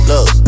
Look